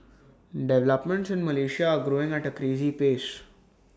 developments in Malaysia are growing at A crazy pace